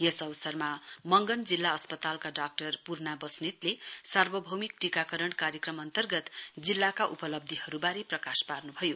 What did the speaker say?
यस अवसरमा मगन जिल्ला अस्पतालका डाक्टर पूर्ण बस्नेतले सार्वभौमिक टीकाकरण कार्यक्रम अन्तर्गत जिल्लाका उपलब्धीहरबारे प्रकाश पार्न् भयो